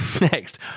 Next